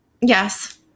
yes